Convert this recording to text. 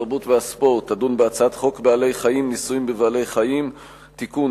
התרבות והספורט תדון בהצעת חוק בעלי-חיים (ניסויים בבעלי-חיים) (תיקון,